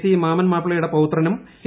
C Mammen മാപ്പിളയുടെ പൌത്രനും K